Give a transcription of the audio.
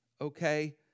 okay